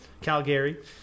Calgary